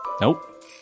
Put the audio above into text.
Nope